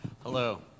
Hello